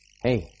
Hey